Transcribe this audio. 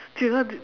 do you know the